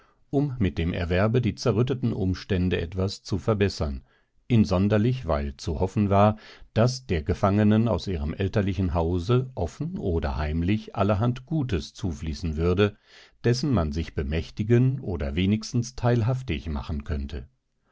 um mit dem erwerbe die zerrütteten umstände etwas zu verbessern insonderlich weil zu hoffen war daß der gefangenen aus ihrem elterlichen hause offen oder heimlich allerhand gutes zufließen würde dessen man sich bemächtigen oder wenigstens teilhaftig machen könnte